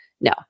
no